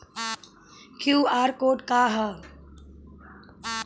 QR code का ह?